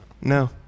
No